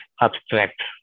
abstract